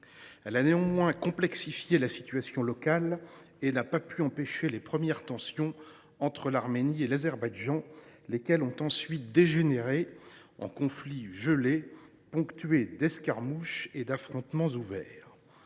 ère a néanmoins complexifié la situation locale et n’a pas pu empêcher les premières tensions entre l’Arménie et l’Azerbaïdjan, lesquelles ont ensuite dégénéré en conflit gelé, ponctué d’escarmouches et d’affrontements ouverts.